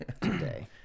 today